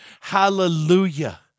hallelujah